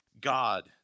God